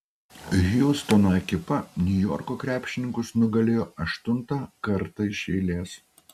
hjustono ekipa niujorko krepšininkus nugalėjo aštuntą kartą iš eilės